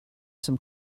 some